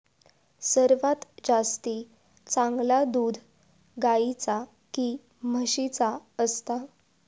सर्वात जास्ती चांगला दूध गाईचा की म्हशीचा असता?